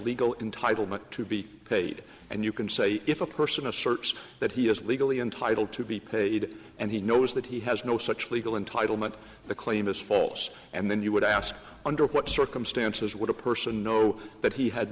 legal entitlement to be paid and you can say if a person asserts that he is legally entitled to be paid and he knows that he has no such legal entitlement the claim is false and then you would ask under what circumstances would a person know that he had